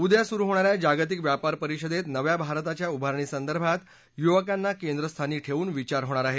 उद्या सुरु होणा या जागतिक व्यापार परिषदेत नव्या भारताच्या उभारणी संदर्भात युवकांना केंद्रस्थानी ठेवून विचार होणार आहे